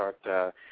start